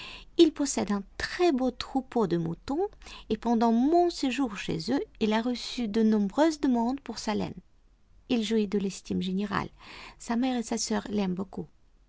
il possède un très-beau troupeau de moutons et pendant mon séjour chez eux il a reçu de nombreuses demandes pour sa laine il jouit de l'estime générale sa mère et sa sœur l'aiment beaucoup